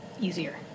Easier